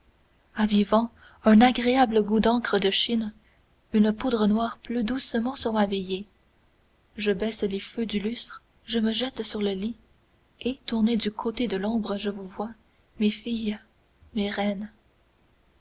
avivant un agréable goût d'encre de chine une poudre noire pleut doucement sur ma veillée je baisse les feux du lustre je me jette sur le lit et tourné du côté de l'ombre je vous vois mes filles mes reines